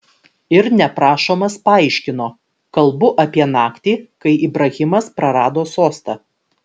ir neprašomas paaiškino kalbu apie naktį kai ibrahimas prarado sostą